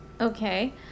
okay